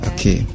Okay